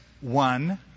one